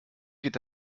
geht